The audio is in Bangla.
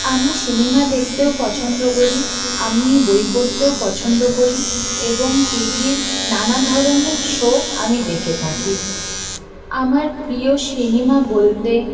আমি সিনেমা দেখতেও পছন্দ করি আমি বই পড়তেও পছন্দ করি এবং টি ভির নানা ধরনের শো আমি দেখে থাকি আমার প্রিয় সিনেমা বলতে